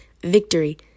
Victory